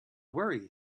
worry